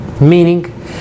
Meaning